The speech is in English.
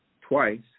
twice